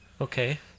Okay